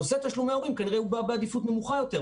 נושא תשלומי ההורים כנראה בא בעדיפות נמוכה יותר,